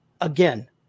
Again